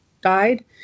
died